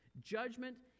judgment